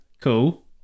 cool